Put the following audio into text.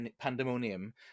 pandemonium